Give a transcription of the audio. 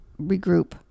regroup